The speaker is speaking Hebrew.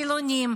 חילונים,